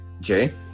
Jay